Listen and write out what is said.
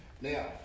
Now